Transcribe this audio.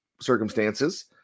circumstances